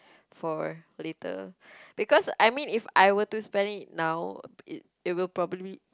for later because I mean if I were to spend it now it it will probably